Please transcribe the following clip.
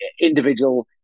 individual